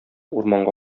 урманга